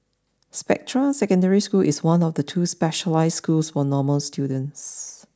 Spectra Secondary School is one of two specialised schools for normal students